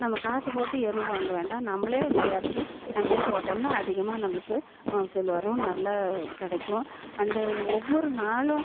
நம்ம காசு போட்டு எரு வாங்க வேண்டாம் நம்மளே தயாரிச்சு நம்பளே போட்டோம்னால் அதிகமாக நம்பளுக்கு மகசூல் வரும் நல்லா கிடைக்கும் அந்த ஒவ்வொரு நாளும்